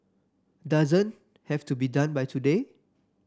doesn't have to be done by today